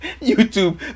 YouTube